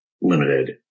limited